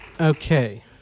Okay